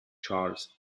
charles